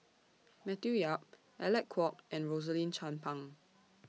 Matthew Yap Alec Kuok and Rosaline Chan Pang